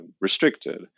restricted